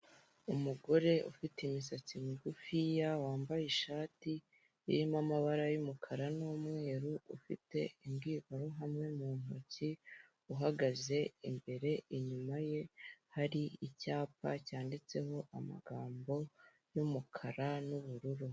Umugore ufite imisatsi migufiya wambaye ishati irimo amabara y'umukara n'umweru, ufite imbwirwaruhame mu ntoki uhagaze imbere, inyuma ye hari icyapa cyanditseho amagambo y'umukara n'ubururu.